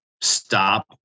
stop